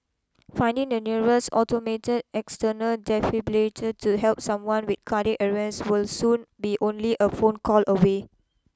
finding the nearest automate external defibrillator to help someone with cardiac arrest will soon be only a phone call away